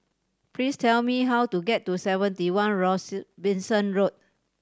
please tell me how to get to Seventy One Robinson Road